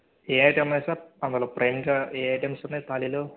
ఏ item అనేది sir అందులో ప్రైమ్గా ఏ ఐటమ్సు ఉన్నాయి థాలీలో